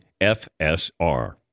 FSR